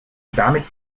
damit